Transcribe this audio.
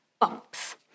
bumps